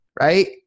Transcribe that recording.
right